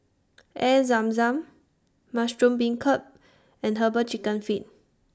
Air Zam Zam Mushroom Beancurd and Herbal Chicken Feet